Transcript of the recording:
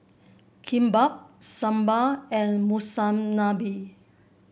Kimbap Sambar and Monsunabe